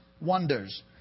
wonders